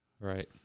Right